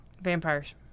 Vampires